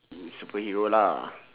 mm superhero lah